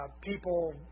people